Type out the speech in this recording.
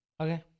Okay